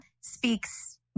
speaks